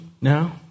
now